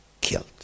killed